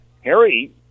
Harry